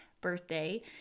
birthday